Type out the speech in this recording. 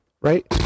Right